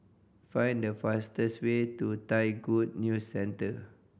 find the fastest way to Thai Good News Centre